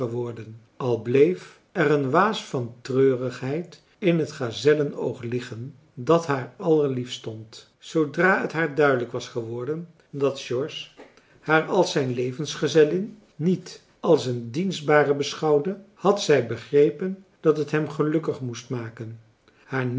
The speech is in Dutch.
al bleef er een waas van treurigheid in het gazellen oog liggen dat haar allerliefst stond zoodra t haar duidelijk was geworden dat george haar als zijn levensgezellin niet als een dienstbare beschouwde had zij begrepen dat t hem gelukkig moest maken